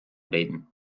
reden